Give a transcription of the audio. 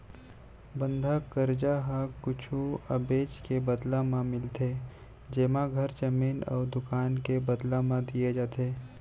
बंधक करजा ह कुछु अबेज के बदला म मिलथे जेमा घर, जमीन अउ दुकान के बदला म दिये जाथे